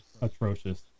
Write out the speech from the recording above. atrocious